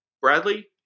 Bradley